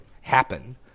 happen